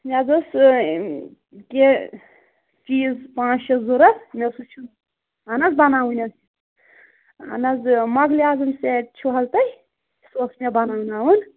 مےٚ حظ ٲس سۅ کیٚنٛہہ چیٖز پانٛژھ شےٚ ضروٗرت مےٚ ہا سا چھُ اہن حظ بَناوٕنۍ ٲسۍ اہن حظ مۄغلہِ آزَم سیٹ چھُو حظ تۄہہِ سُہ اوس مےٚ بَناوناوُن